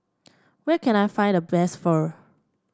where can I find the best Pho